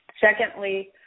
Secondly